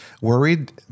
Worried